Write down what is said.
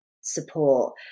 support